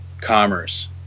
commerce